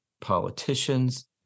politicians